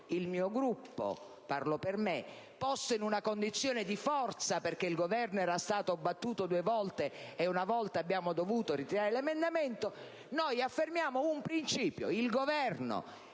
(il mio Gruppo: parlo per me) poste in una condizione di forza perché il Governo era stato battuto due volte, e un'altra volta ha dovuto ritirare l'emendamento, noi affermiamo un principio: il Governo